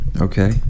Okay